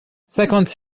cinquante